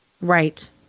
Right